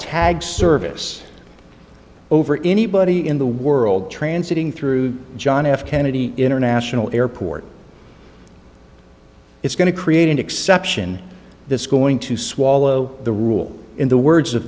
tag service over anybody in the world transiting through john f kennedy international airport it's going to create an exception that's going to swallow the rule in the words